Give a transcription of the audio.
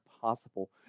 possible